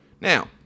now